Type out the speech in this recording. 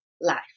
life